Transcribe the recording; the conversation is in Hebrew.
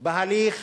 בהליך